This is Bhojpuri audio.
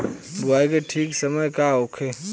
बुआई के ठीक समय का होखे?